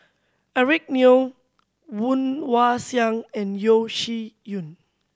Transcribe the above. Eric Neo Woon Wah Siang and Yeo Shih Yun